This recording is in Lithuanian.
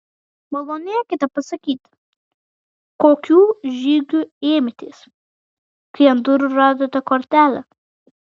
malonėkite pasakyti kokių žygių ėmėtės kai ant durų radote kortelę